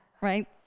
right